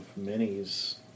minis